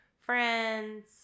friends